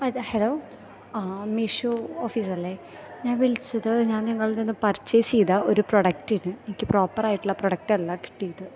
അത് ഹലോ ആ മീശോ ഓഫീസല്ലേ ഞാന് വിളിച്ചത് ഞാന് നിങ്ങളുടെ കയ്യിൽ നിന്ന് പര്ച്ചേസ് ചെയ്ത ഒരു പ്രോഡക്റ്റിന് എനിക്ക് പ്രോപ്പറായിട്ടുള്ള പ്രോഡക്റ്റല്ല കിട്ടിയത്